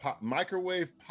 Microwave